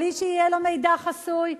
בלי שיהיה לו מידע חסוי?